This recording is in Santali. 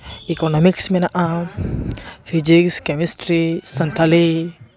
ᱤᱠᱳᱱᱚᱢᱤᱠᱥ ᱢᱮᱱᱟᱜᱼᱟ ᱯᱷᱤᱡᱤᱠᱥ ᱠᱮᱢᱮᱥᱴᱨᱤ ᱥᱟᱱᱛᱷᱟᱞᱤ